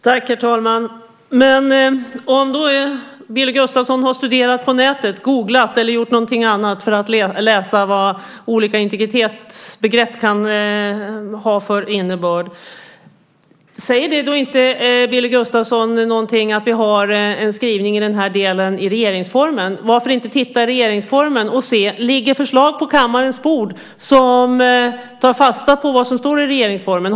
Herr talman! Om Billy Gustafsson har sökt på nätet, googlat eller gjort något annat för att ta reda på vad begreppet integritet har för innebörd - varför hade han inte kunnat titta i regeringsformen? Det förslag som ligger på kammarens bord tar fasta på vad som står i regeringsformen.